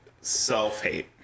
self-hate